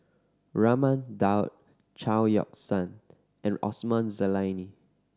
Raman Daud Chao Yoke San and Osman Zailani